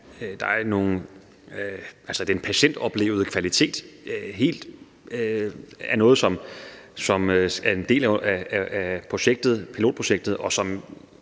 den patientoplevede kvalitet er noget, som er en del af pilotprojektet,